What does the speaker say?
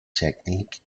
technique